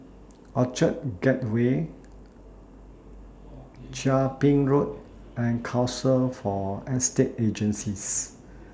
Orchard Gateway Chia Ping Road and Council For Estate Agencies